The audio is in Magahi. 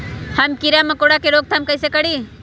हम किरा मकोरा के रोक थाम कईसे करी?